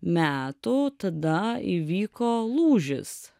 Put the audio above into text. metų tada įvyko lūžis